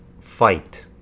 fight